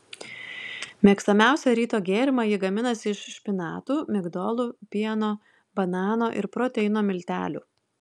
mėgstamiausią ryto gėrimą ji gaminasi iš špinatų migdolų pieno banano ir proteino miltelių